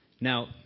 Now